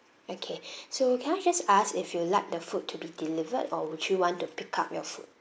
okay so can I just ask if you like the food to be delivered or would you want to pick up your food